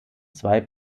zwei